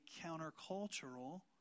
countercultural